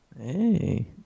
Hey